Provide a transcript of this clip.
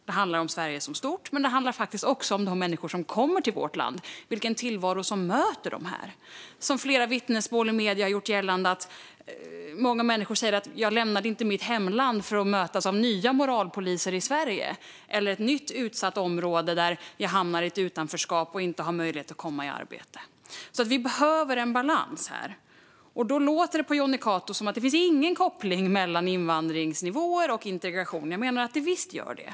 Det handlar om Sverige i stort men också om vilken tillvaro som möter de människor som kommer till vårt land. Flera vittnesmål i medierna har gjort gällande att människor inte lämnade sina hemländer för att mötas av nya moralpoliser i Sverige eller komma till ett nytt utsatt område där de hamnar i ett utanförskap utan möjlighet att komma i arbete. Vi behöver alltså en balans här. Det låter på Jonny Cato som att det inte finns någon koppling mellan invandringsnivåer och integration. Jag menar att det visst gör det.